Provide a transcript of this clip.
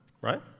right